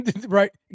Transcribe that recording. Right